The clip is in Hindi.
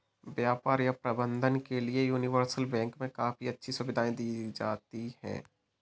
व्यापार या प्रबन्धन के लिये यूनिवर्सल बैंक मे काफी अच्छी सुविधायें दी जाती हैं